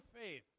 faith